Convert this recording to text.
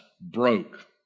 broke